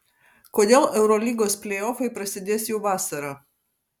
kodėl eurolygos pleiofai prasidės jau vasarą